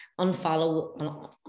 unfollow